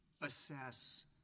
assess